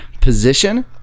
position